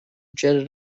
jetted